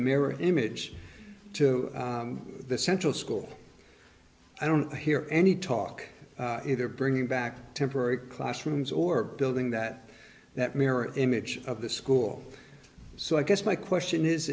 mirror image to the central school i don't hear any talk either bringing back temporary classrooms or building that that mirror image of the school so i guess my question is